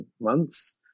months